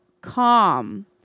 calm